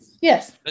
Yes